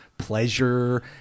pleasure